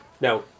Now